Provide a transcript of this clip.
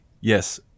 yes